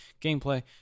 gameplay